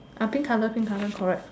pink colour pink colour correct